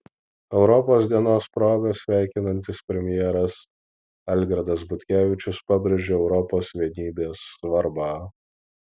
europos dienos proga sveikinantis premjeras algirdas butkevičius pabrėžia europos vienybės svarbą